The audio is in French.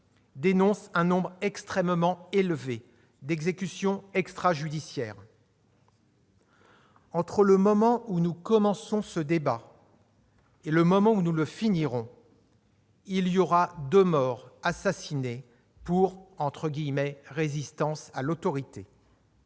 dénonce un « nombre extrêmement élevé » d'exécutions extrajudiciaires. Entre le moment où nous commençons ce débat et celui où nous le conclurons, il y aura 2 morts assassinés pour « résistance à l'autorité ».